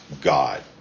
God